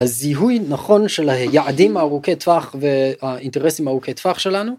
זיהוי נכון של היעדים ארוכי טווח והאינטרסים ארוכי טווח שלנו.